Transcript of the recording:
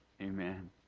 Amen